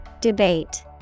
Debate